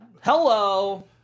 hello